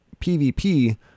pvp